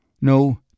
No